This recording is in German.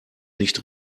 nicht